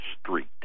Street